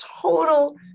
total